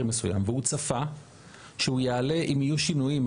מסוים והוא צפה שהוא יעלה אם יהיו שינויים.